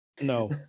No